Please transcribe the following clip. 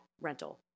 rental